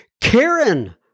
Karen